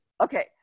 Okay